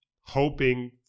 hoping